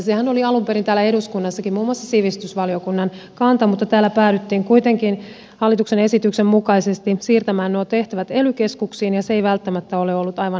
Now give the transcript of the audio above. sehän oli alun perin täällä eduskunnassakin muun muassa sivistysvaliokunnan kanta mutta täällä päädyttiin kuitenkin hallituksen esityksen mukaisesti siirtämään nuo tehtävät ely keskuksiin ja se ei välttämättä ole ollut aivan toimiva tapa